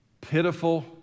pitiful